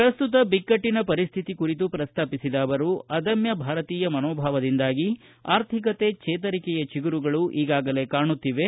ಪ್ರಸ್ತುತ ಬಿಕ್ಕಟ್ಟನ ಪರಿಶ್ಠಿತಿ ಕುರಿತು ಪ್ರಸ್ತಾಪಿಸಿದ ಅವರು ಅದಮ್ಯ ಭಾರತೀಯ ಮನೋಭಾವದಿಂದಾಗಿ ಆರ್ಧಿಕತೆ ಚೇತರಿಕೆಯ ಚಿಗುರುಗಳು ಈಗಾಗಲೇ ಕಾಣುತ್ತಿವೆ